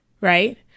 right